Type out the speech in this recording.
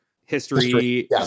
history